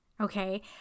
okay